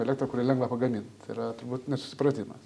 elektrą kurią lengva pagamint yra turbūt nesusipratimas